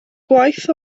gwaith